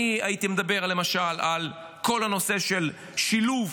אני הייתי מדבר, למשל, על כל הנושא של שילוב